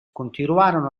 continuarono